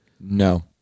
No